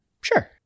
Sure